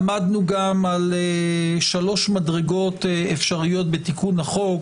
עמדנו גם על שלוש מדרגות אפשריות בתיקון החוק,